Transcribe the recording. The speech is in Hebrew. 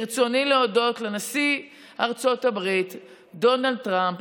ברצוני להודות לנשיא ארצות הברית דונלד טראמפ